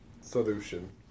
solution